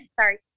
Sorry